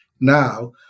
now